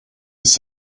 his